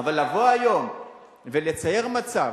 אבל לבוא היום ולצייר מצב,